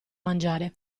mangiare